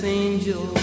angel